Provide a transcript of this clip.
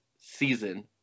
season